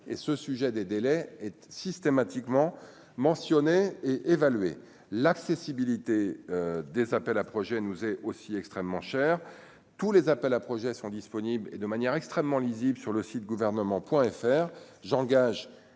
et ce sujet des délais et systématiquement mentionné et évaluer l'accessibilité des appels à projets nous est aussi extrêmement cher tous les appels à projets sont disponibles et de manière extrêmement lisible sur le site gouvernement